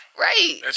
Right